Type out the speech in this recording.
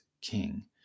king